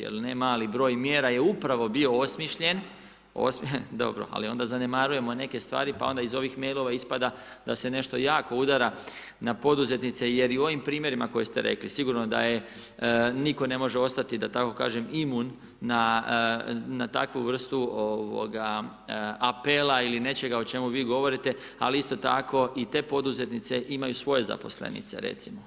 Jer nemali broj mjera je upravo bio osmišljen, dobro, ali onda zanemarujemo neke stvari, pa onda iz ovih mailova ispada da se nešto jako udara na poduzetnice jer i u ovim primjerima, koji ste rekli, sigurno da nitko ne može ostati da tako kažem imun na takvu vrstu apela ili nečega o čemu vi govorite, ali isto tako i te poduzetnice imaju svoje zaposlenice recimo.